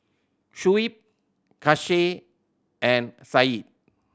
Shuib Kasih and Said